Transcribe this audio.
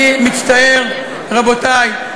אני מצטער, רבותי.